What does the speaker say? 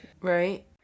Right